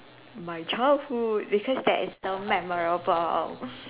my childhood it's just that it's so memorable